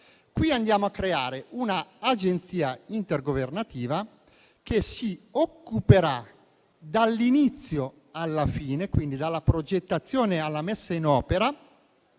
Andiamo a creare una agenzia intergovernativa che si occuperà dall'inizio alla fine, quindi dalla progettazione alla messa in opera